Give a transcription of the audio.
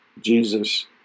Jesus